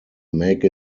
make